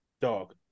dog